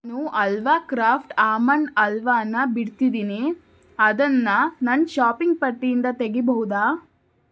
ನು halwa Kraft almond ಹಲ್ವಾನ ಬಿಡ್ತಿದ್ದೀನಿ ಅದನ್ನು ನನ್ನ ಶಾಪಿಂಗ್ ಪಟ್ಟಿಯಿಂದ ತೆಗಿಬಹುದಾ